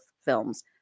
films